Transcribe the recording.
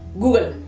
google.